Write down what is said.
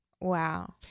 Wow